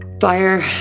Fire